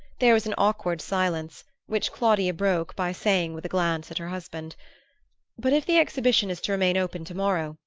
there was an awkward silence, which claudia broke by saying, with a glance at her husband but if the exhibition is to remain open to-morrow,